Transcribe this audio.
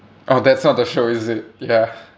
oh that's not the show is it ya